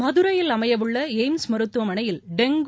மதுரையில் அமையவுள்ள எயிம்ஸ் மருத்துவமனையில் டெங்கு